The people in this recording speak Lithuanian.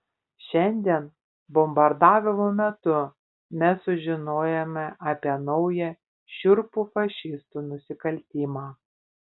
šiandien bombardavimo metu mes sužinojome apie naują šiurpų fašistų nusikaltimą